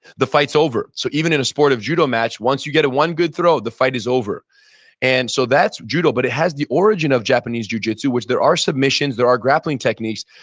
the fights over. so even in a sport of judo match, once you get a one good throw, the fight is over and so that's judo but it has the origin of japanese jujitsu, which there are submissions that are grappling techniques.